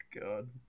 God